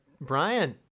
Brian